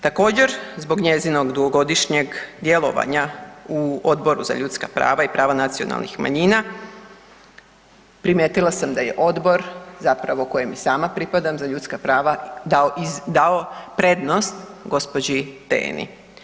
Također zbog njezinog dugogodišnjeg djelovanja u Odboru za ljudska prava i prava nacionalnih manjina primijetila sam da je odbor kojem i sama pripadam za ljudska prava dao prednost gospođi Teni.